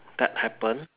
that happened